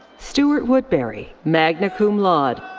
stuart woodbury, magna cum laude.